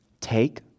Take